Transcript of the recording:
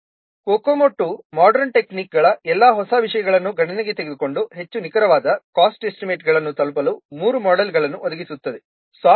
COCOMO 2 modern ಟೆಕ್ನಿಕ್ಗಳ ಎಲ್ಲಾ ಹೊಸ ವಿಷಯಗಳನ್ನು ಗಣನೆಗೆ ತೆಗೆದುಕೊಂಡು ಹೆಚ್ಚು ನಿಖರವಾದ ಕಾಸ್ಟ್ ಎಸ್ಟಿಮೇಟ್ಗಳನ್ನು ತಲುಪಲು ಮೂರು ಮೋಡೆಲ್ಗಳನ್ನು ಒದಗಿಸುತ್ತದೆ